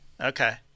Okay